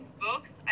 books